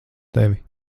tevi